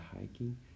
hiking